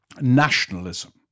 nationalism